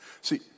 See